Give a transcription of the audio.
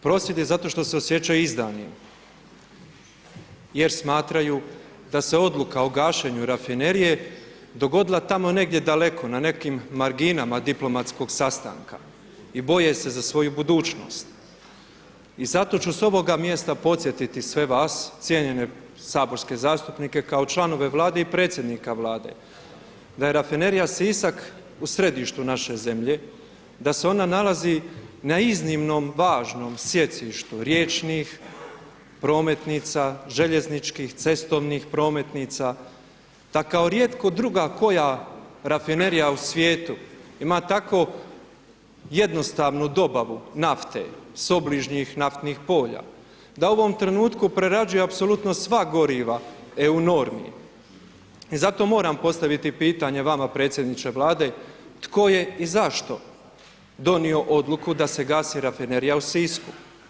Prosvjed je zato što se osjećaju izdanim jer smatraju da se odluka o gašenju Rafinerije dogodila tamo negdje daleko, na nekim marginama diplomatskog sastanka i boje se za svoju budućnost i zato ću s ovoga mjesta podsjetiti sve vas, cijenjene saborske zastupnike, kao članove Vlade i predsjednika Vlade, da je Rafinerija Sisak u središtu naše zemlje, da se ona nalazi na iznimnom važnom sjecištu riječnih prometnica, željezničkih, cestovnih prometnica, da kao rijetko druga koja Rafinerija u svijetu ima tako jednostavnu dobavu nafte s obližnjih naftnih polja, da u ovom trenutku prerađuje apsolutno sva goriva EU normi i zato moram postaviti pitanje vama predsjedniče Vlade tko je i zašto donio odluku da se gasi Rafinerija u Sisku.